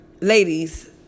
ladies